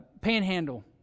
Panhandle